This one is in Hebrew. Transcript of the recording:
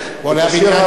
עם מבטא רוסי, "לעבודה".